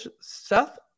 Seth